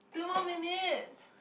two more minutes